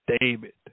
David